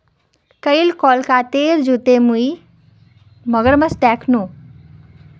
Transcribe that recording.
कईल कोलकातार जूत मुई मगरमच्छ दखनू